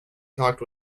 talked